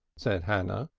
said hannah,